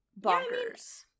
Bonkers